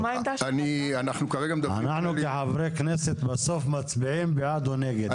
אנחנו כחברי כנסת בסוף מצביעים בעד או נגד,